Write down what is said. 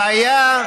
הבעיה,